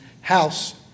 house